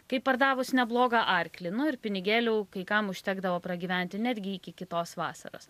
kaip pardavus neblogą arklį nu ir pinigėlių kai kam užtekdavo pragyventi netgi iki kitos vasaros